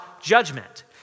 judgment